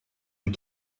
des